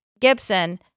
Gibson